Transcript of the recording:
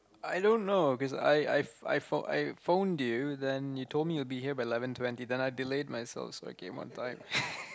i don't know because I I pho~ I pho~ I phoned you then you told me to be here by eleven twenty then i delayed myself so I came on time